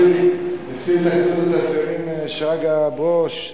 נשיא התאחדות התעשיינים, שרגא ברוש,